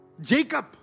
Jacob